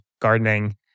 gardening